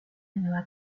nueva